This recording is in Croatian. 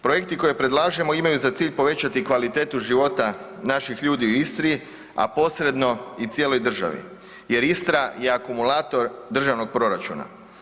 Projekti koje predlažemo imaju za cilj povećati kvalitetu života naših ljudi u Istri, a posredno i cijeloj državi jer Istra je akumulator državnog proračuna.